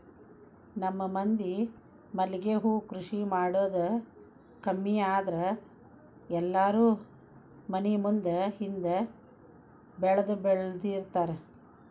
ನಮ್ಮ ಮಂದಿ ಮಲ್ಲಿಗೆ ಹೂ ಕೃಷಿ ಮಾಡುದ ಕಮ್ಮಿ ಆದ್ರ ಎಲ್ಲಾರೂ ಮನಿ ಮುಂದ ಹಿಂದ ಬೆಳ್ದಬೆಳ್ದಿರ್ತಾರ